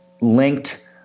linked